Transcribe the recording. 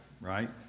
Right